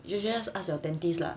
just just ask your dentist lah